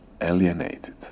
alienated